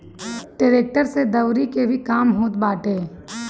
tractor से दवरी के भी काम होत बाटे